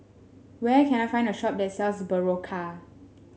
where can I find a shop that sells Berocca